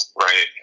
Right